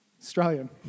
Australian